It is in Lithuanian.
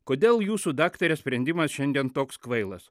kodėl jūsų daktare sprendimas šiandien toks kvailas